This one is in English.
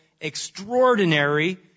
extraordinary